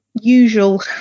usual